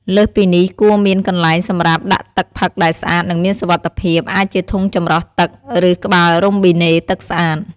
លើសពីនេះគួរមានកន្លែងសម្រាប់ដាក់ទឹកផឹកដែលស្អាត និងមានសុវត្ថិភាព អាចជាធុងចម្រោះទឹក ឬក្បាលរ៉ូប៊ីណេទឹកស្អាត។